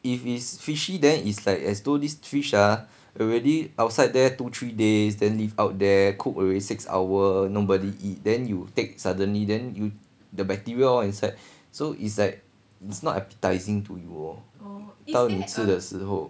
if it's fishy then is like as though this fish ah already outside there two three days then leave out there cooked already six hour nobody eat then you take suddenly then you the bacteria all inside so it's like it's not appetising to you lor 到吃的时候